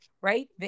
right